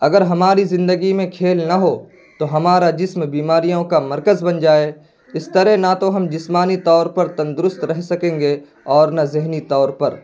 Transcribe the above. اگر ہماری زندگی میں کھیل نہ ہو تو ہمارا جسم بیماریوں کا مرکز بن جائے اس طرح نہ تو ہم جسمانی طور پر تندرست رہ سکیں گے اور نہ ذہنی طور پر